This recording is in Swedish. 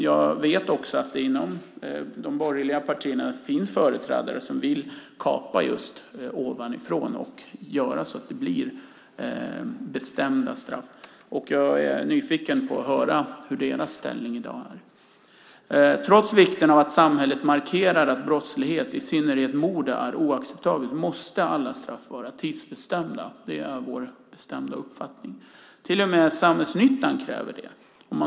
Jag vet också att det inom de borgerliga partierna finns företrädare som vill kapa ovanifrån och göra så att det blir tidsbestämda straff. Jag är nyfiken på att höra hur deras ställning är i dag. Trots vikten av att samhället markerar att brottslighet, i synnerhet mord, är oacceptabelt måste alla straff vara tidsbestämda. Det är vår absoluta uppfattning. Till och med samhällsnyttan kräver det.